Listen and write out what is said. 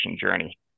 journey